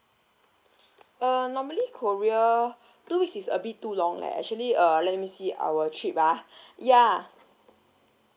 uh normally korea two weeks is a bit too long leh actually uh let me see our trip ah ya